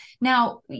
Now